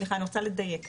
סליחה, אני רוצה לדייק.